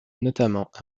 notamment